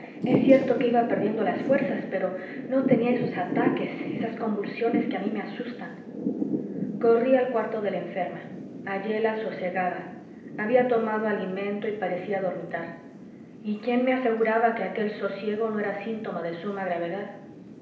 es cierto que iba perdiendo las fuerzas pero no tenía esos ataques esas convulsiones que a mí me asustan corrí al cuarto de la enferma halléla sosegada había tomado alimento y parecía dormitar y quién me aseguraba que aquel sosiego no era síntoma de suma gravedad